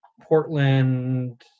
Portland